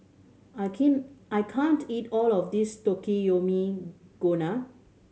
I I can't eat all of this Takikomi Gohan